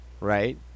right